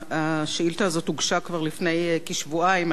השאילתא הזאת הוגשה כבר לפני כשבועיים,